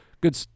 Good